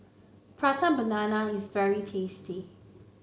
Prata Banana is very tasty